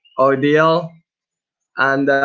ordeal and